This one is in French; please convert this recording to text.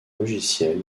logiciel